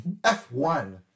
F1